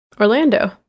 Orlando